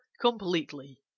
completely